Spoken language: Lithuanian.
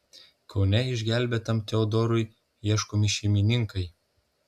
kaune išgelbėtam teodorui ieškomi šeimininkai